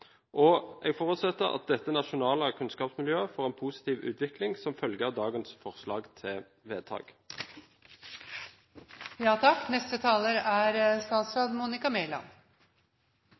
og jeg forutsetter at dette nasjonale kunnskapsmiljøet får en positiv utvikling som følge av dagens forslag til vedtak. La meg først få takke saksordføreren og komiteen for rask behandling. Det er